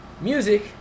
music